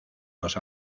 los